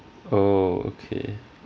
oh okay